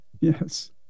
yes